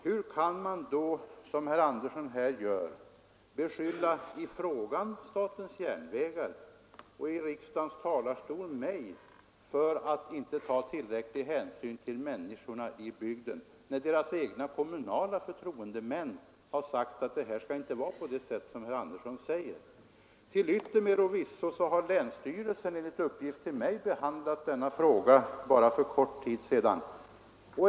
Hur kan man, som herr Andersson här gör i denna fråga, beskylla statens järnvägar och — i riksdagens talarstol — mig för att inte ta tillräcklig hänsyn till människorna i bygden, när deras egna kommunala förtroendemän har sagt att det inte skall vara på det sätt som herr Andersson säger? Till yttermera visso har länsstyrelsen enligt uppgift till mig behandlat denna sak för kort tid sedan.